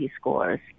scores